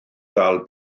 gael